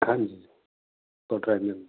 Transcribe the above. ਹਾਂਜੀ ਕੋਟਲਾ ਵੀ ਜਾਂਦੀ